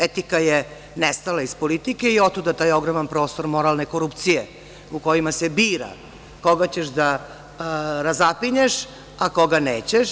Etika je nestala iz politike i otuda taj ogroman prostor moralne korupcije u kojima se bira koga ćeš da razapinješ, a koga nećeš.